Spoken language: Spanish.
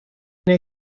cine